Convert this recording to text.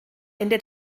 ende